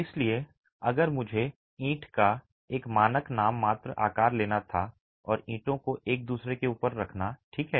इसलिए अगर मुझे ईंट का एक मानक नाममात्र आकार लेना था और ईंटों को एक दूसरे के ऊपर रखना ठीक है